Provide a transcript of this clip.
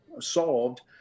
solved